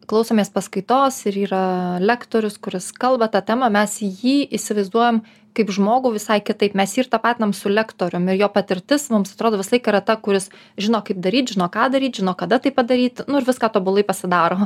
klausomės paskaitos ir yra lektorius kuris kalba ta tema mes jį įsivaizduojam kaip žmogų visai kitaip mes jį ir tapatinam su lektorium ir jo patirtis mums atrodo visą laiką ta kuris žino kaip daryt žino ką daryt žino kada tai padaryt nu ir viską tobulai pasidaro